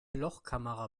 lochkamera